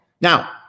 Now